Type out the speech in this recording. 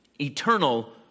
Eternal